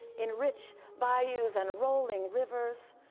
in rich bayous and rolling rivers,